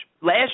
Last